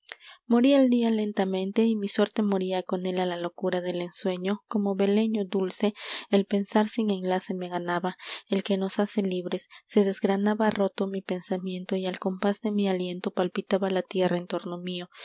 moría el día lentamente y mi suerte moría con él a la locura del ensueño como beleño dulce el pensar sin enlace me ganaba el que nos hace libres se desgranaba roto mi pensamiento y al compás de mi aliento palpitaba la tierra en torno mío